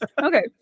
Okay